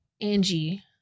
Angie